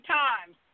times